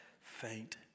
faint